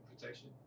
protection